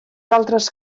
altres